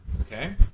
okay